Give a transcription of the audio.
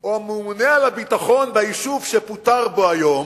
או הממונה על הביטחון ביישוב, שפוטר היום,